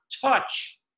touch